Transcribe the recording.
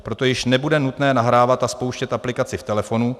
Proto již nebude nutné nahrávat a spouštět aplikaci v telefonu.